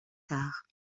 tard